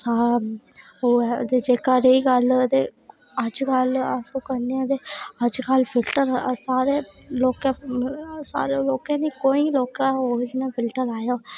आ ओह् ऐ ते जेह्का रेही गल्ल ते अजकल अस करने आं ते अज्ज गल्ल अस करनें आं ते फिल्टर सारें लोकें सारें लोकें गै कोई लोकां होग जि'नें फिल्टर नेईं लाएदा होग